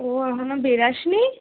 ও এখনো বেরাস নি